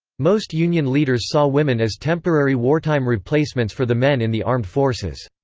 most union leaders saw women as temporary wartime replacements for the men in the armed forces.